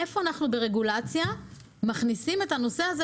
איפה אנחנו ברגולציה מכניסים את הנושא הזה